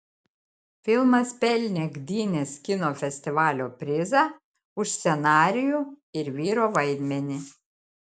filmas pelnė gdynės kino festivalio prizą už scenarijų ir vyro vaidmenį